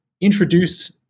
introduced